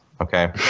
Okay